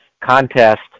contest